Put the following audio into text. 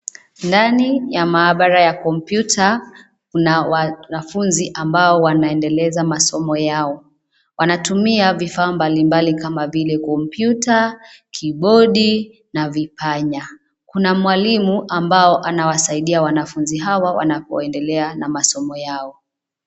Ndani ya maabara ya kompyuta kuna wanafunzi ambao wanaendeleza masomo yao. Wanatumia vifaa mbali mbali kama vile kompyuta, keyboard na vipanya. Kuna mwalimu ambao anawasaidia wanafunzi hawa wanapoendelea na masomo yao.